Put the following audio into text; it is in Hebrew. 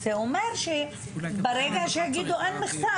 זה אומר שברגע שיגידו אין מכסה,